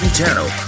channel